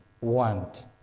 want